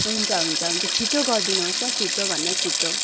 हुन्छ हुन्छ हुन्छ छिट्टो गरिदिनुहोस् ल छिट्टोभन्दा छिट्टो